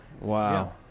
wow